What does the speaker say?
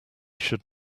should